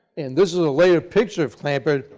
and this is a later picture of clampitt,